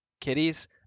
kitties